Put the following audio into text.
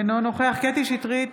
אינו נוכח קטי קטרין שטרית,